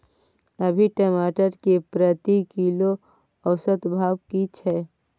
अभी टमाटर के प्रति किलो औसत भाव की छै?